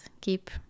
Keep